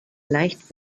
leicht